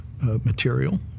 material